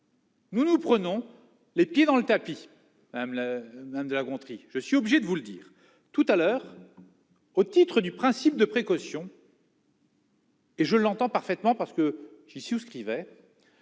Nous, nous prenons les pieds dans le tapis, madame la madame de La Gontrie, je suis obligé de vous le dire tout à l'heure au titre du principe de précaution. Et je ne l'entends parfaitement parce que j'y souscrivaient